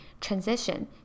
transition